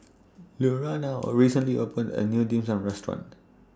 Lurana recently opened A New Dim Sum Restaurant